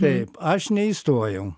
taip aš neįstojau